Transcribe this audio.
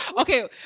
Okay